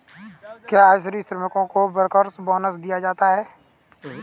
क्या आज भी श्रमिकों को बैंकर्स बोनस दिया जाता है?